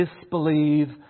disbelieve